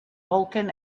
vulkan